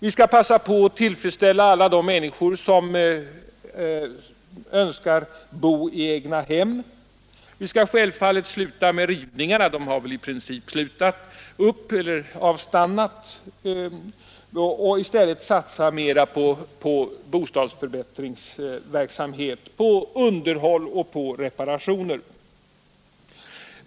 Vi skall passa på att tillfredsställa alla de människor som önskar bo i egnahem. Vi skall givetvis sluta med rivningarna — de har väl i princip redan avstannat — och i stället satsa mera på bostadsförbättringsverksamhet, på underhåll och på reparationer.